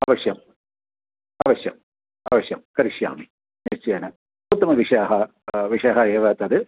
अवश्यम् अवश्यम् अवश्यं करिष्यामि निश्चयेन उत्तमविषयाः विषयः एव तद्